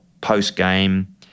post-game